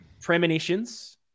premonitions